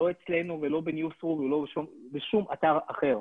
לא אצלנו ולא בניוזרו ולא בשום אתר אחר.